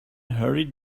hurried